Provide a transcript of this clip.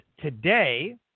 today